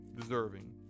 Deserving